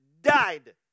died